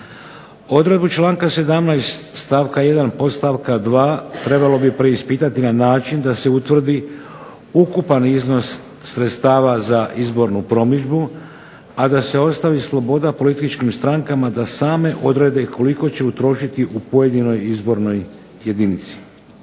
Odredbu članka 17. stavka 1. podstavka 2. trebalo bi preispitati na način da se utvrdi ukupan iznos sredstava za izbornu promidžbu a da se ostavi sloboda političkim strankama da same odrede koliko će potrošiti u pojedinoj izbornoj jedinici.